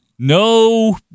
No